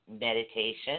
meditation